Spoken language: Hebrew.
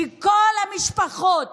שכל המשפחות